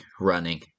running